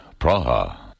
Praha